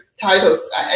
titles